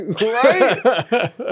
Right